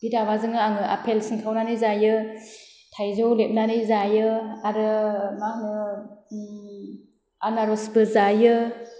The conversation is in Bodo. बि दाबाजोंनो आङो आपेल सिंखावनानै जायो थाइजौ लेबनानै जायो आरो मा होनो आनारसबो जायो